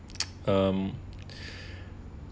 um